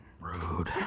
Rude